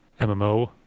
MMO